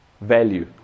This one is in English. value